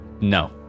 No